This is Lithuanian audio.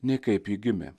nei kaip ji gimė